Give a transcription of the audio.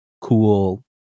cool